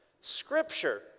Scripture